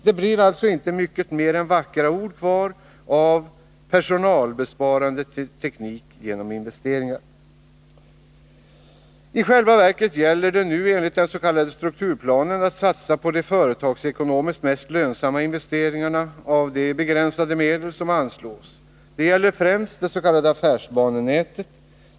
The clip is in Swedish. Det blir alltså inte mycket mer än vackra ord kvar av ”personalbesparande teknik” genom investeringar. I själva verket gäller det nu enligt den s.k. strukturplanen att satsa på de företagsekonomiskt mest lönsamma investeringarna av de begränsade medel som anslås. Det gäller främst det s.k. affärsbanenätet.